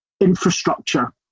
infrastructure